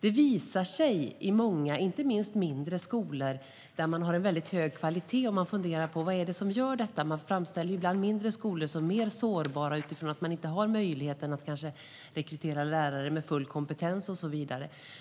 I många skolor, inte minst mindre skolor där det är hög kvalitet, funderar man över vad det är som åstadkommer detta. Man framställer ibland mindre skolor som mer sårbara, utifrån att de kanske inte har möjlighet att rekrytera lärare med full kompetens.